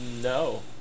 No